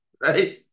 right